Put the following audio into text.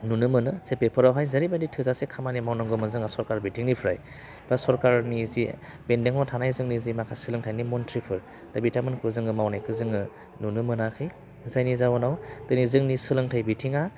नुनो मोनो जे बेफोरावहाय जेरैबायदि थोजासे खामानि मावनांगौमोन जोङो सरकार बिथिंनिफ्राय बा सरकारनि जि बेन्दोङाव थानाय जोंनि जि माखासे सोलोंथाइनि मन्थ्रिफोर दा बिथांमोनखौ मावनायखौ जोङो नुनो मोनाखै जायनि जाउनाव दिनै जोंनि सोलोंथाइ बिथिङा